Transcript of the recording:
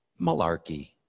Malarkey